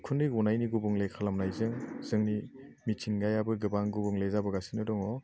उखुन्दै गनायनि गुबुंले खालामनायजों जोंनि मिथिंगायाबो गोबां गुबुंले जाबोगासिनो दङ